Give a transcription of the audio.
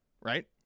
Right